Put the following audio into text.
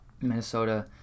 Minnesota